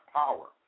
power